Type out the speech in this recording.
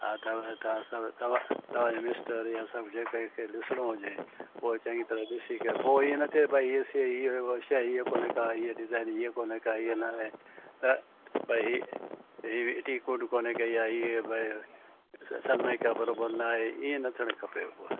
अथव तव्हां तव्हां अथव त तव्हांजो मिस्टर या सभु जीअं कंहिंखे ॾिसणो हुजे उहो चङी तरह ॾिसी करे पोइ वरी ईअं न थे के भई हीअ शै हीअ व हीअ शै कोने का हीअ डिज़ाइन हीअ कोन्हे का हीअ न आहे त भई हीअ टीक वुड कोन्हे का या हीअ भई सन सनमाइका बराबरि न आहे ईअं न थियणु खपे पोइ वरी